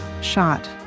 shot